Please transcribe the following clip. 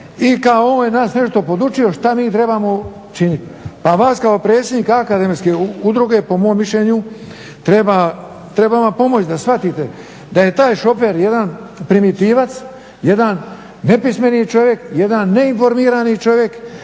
I kao on je nas nešto podučio što mi trebamo činiti. Pa vas kao predsjednika akademske udruge po mom mišljenju, treba vam pomoć da shvatite da je taj šofer jedan primitivac, jedan nepismeni čovjek, jedan neinformirani čovjek,